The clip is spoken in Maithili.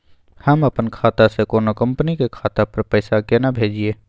हम अपन खाता से कोनो कंपनी के खाता पर पैसा केना भेजिए?